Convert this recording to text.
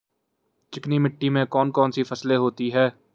चिकनी मिट्टी में कौन कौन सी फसलें होती हैं?